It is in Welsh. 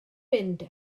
mynd